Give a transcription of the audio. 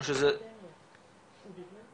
טל פז